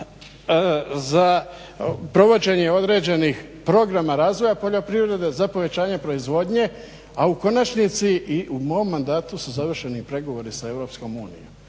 za provođenje određenih programa razvoja poljoprivrede, za povećanje proizvodnje, a u konačnici i u mom mandatu su završeni i pregovori sa Europskom unijom.